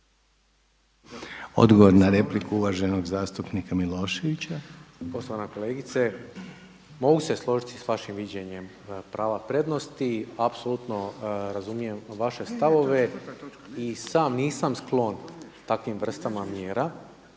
Odgovor na repliku uvaženog zastupnika Miloševića. **Milošević, Boris (SDSS)** Poštovana kolegice, mogu se složiti sa vašim viđenjem prava prednosti, apsolutno razumijem vaše stavove. I sam nisam sklon takvim vrstama mjera